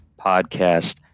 podcast